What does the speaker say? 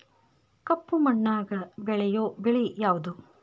ಕಪ್ಪು ಮಣ್ಣಾಗ ಬೆಳೆಯೋ ಬೆಳಿ ಯಾವುದು?